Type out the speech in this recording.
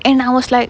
and I was like